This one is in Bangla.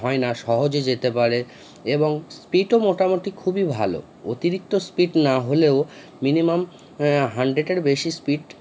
হয় না সহজে যেতে পারে এবং স্পীডও মোটামুটি খুবই ভালো অতিরিক্ত স্পীড না হলেও মিনিমাম হাণ্ড্রেডের বেশি স্পীড